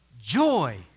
joy